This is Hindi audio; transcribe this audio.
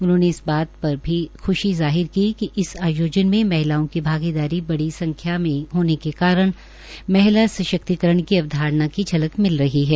उन्होंने इस बात पर भी ख्शी जाहिर की कि इस आयोजन में महिलाओं की भागीदारी बड़ी संख्या में होने के कारण महिला सशक्तिकरण की अवधारणा की झलक मिल रही है